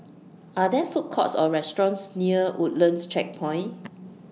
Are There Food Courts Or restaurants near Woodlands Checkpoint